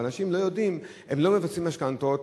ואנשים לא מבצעים משכנתאות.